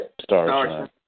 Starshine